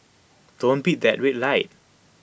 don't beat that red light